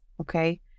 okay